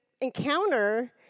encounter